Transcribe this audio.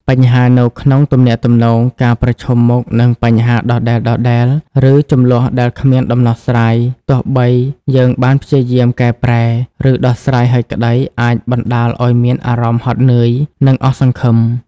បញ្ហានៅក្នុងទំនាក់ទំនងការប្រឈមមុខនឹងបញ្ហាដដែលៗ ឬជម្លោះដែលគ្មានដំណោះស្រាយ ទោះបីយើងបានព្យាយាមកែប្រែ ឬដោះស្រាយហើយក្តី អាចបណ្តាលឲ្យមានអារម្មណ៍ហត់នឿយ និងអស់សង្ឃឹម។